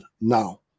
now